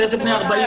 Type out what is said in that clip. אחרי זה בני 40,